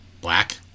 black